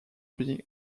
being